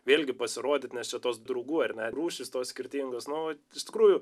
vėl gi pasirodyt nes čia tos draugų ar ne rūšys tos skirtingos nu vat iš tikrųjų